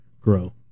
grow